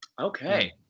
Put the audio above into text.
Okay